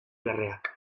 larreak